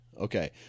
Okay